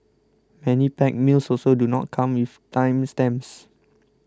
many packed meals also do not come with time stamps